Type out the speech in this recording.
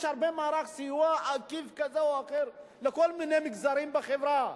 יש הרבה מערכי סיוע כזה או אחר לכל מיני מגזרים בחברה.